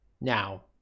Now